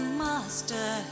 master